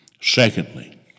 Secondly